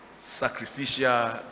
Sacrificial